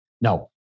no